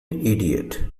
idiot